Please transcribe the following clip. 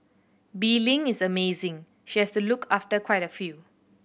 Bee Ling is amazing she has to look after quite a few